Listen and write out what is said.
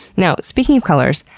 you know speaking of colors,